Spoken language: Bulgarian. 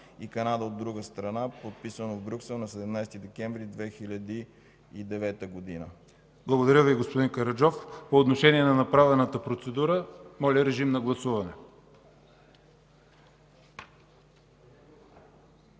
и Канада, от друга страна, подписано в Брюксел на 17 декември 2009 г. ПРЕДСЕДАТЕЛ ЯВОР ХАЙТОВ: Благодаря Ви, господин Караджов. По отношение на направената процедура, моля режим на гласуване.